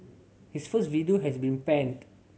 his first video has been panned